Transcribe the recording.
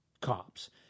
cops